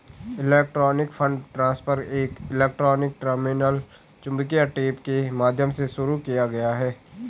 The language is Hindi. इलेक्ट्रॉनिक फंड ट्रांसफर एक इलेक्ट्रॉनिक टर्मिनल चुंबकीय टेप के माध्यम से शुरू किया गया